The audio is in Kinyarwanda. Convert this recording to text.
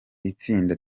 itsinda